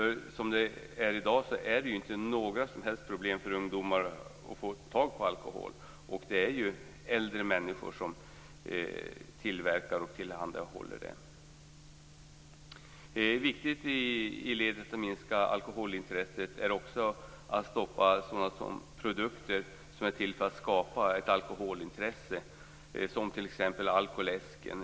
I dag är det inte några som helst problem för ungdomar att få tag på alkohol, och det är äldre människor som tillverkar och tillhandahåller den. Ett annat viktigt led i att minska alkoholintresset är att stoppa produkter som är till för att skapa ett alkoholintresse, t.ex. alkoläsken.